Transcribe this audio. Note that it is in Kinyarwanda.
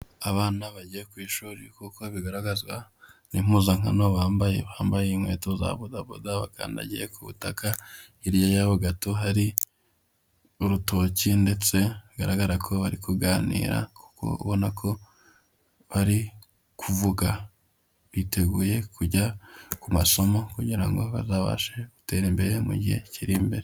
Abana bagiye ku ishuri kuko bigaragazwa n'impuzankano bambaye, bambaye inkweto za bodaboda bakandagiye ku butaka, hirya yaho gato hari urutoki ndetse bigaragara ko bari kuganira kuko ubona ko bari kuvuga, biteguye kujya ku masomo kugira ngo bazabashe gutera imbere mu gihe kiri imbere.